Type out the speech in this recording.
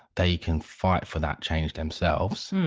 they can fight for that change themselves.